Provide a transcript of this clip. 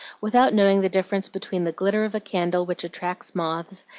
without knowing the difference between the glitter of a candle which attracts moths,